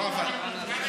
לא עבד?